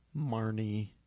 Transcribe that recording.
Marnie